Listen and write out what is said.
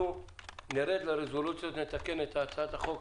אנחנו נרד לרזולוציות, נתקן את הצעת החוק,